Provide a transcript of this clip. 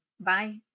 Bye